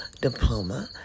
diploma